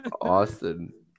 Austin